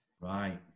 Right